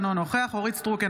אינו נוכח אורית מלכה סטרוק,